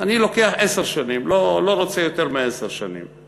אני לוקח עשר שנים, לא, לא רוצה יותר מעשר שנים,